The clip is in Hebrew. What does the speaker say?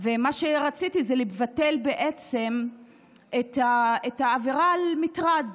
ומה שרציתי זה לבטל בעצם את העבירה על מטרד.